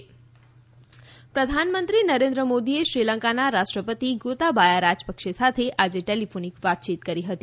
પ્રધાનમંત્રી શ્રીલંકા પ્રધાનમંત્રી નરેન્દ્ર મોદીએ શ્રીલંકાના રાષ્ટ્રપતિ ગોતાબાયા રાજપક્ષે સાથે આજે ટેલિફોનિક વાતચીત કરી હતી